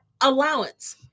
allowance